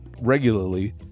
regularly